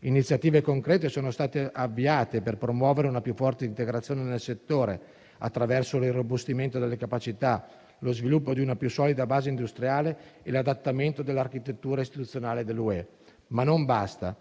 Iniziative concrete sono state avviate per promuovere una più forte integrazione nel settore, attraverso l'irrobustimento delle capacità, lo sviluppo di una più solida base industriale e l'adattamento dell'architettura istituzionale dell'UE, ma non basta: